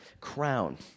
crown